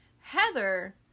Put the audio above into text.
Heather